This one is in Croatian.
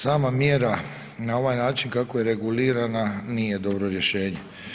Sama mjera na ovaj način kako je regulirana nije dobro rješenje.